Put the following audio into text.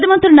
பிரதமர் திரு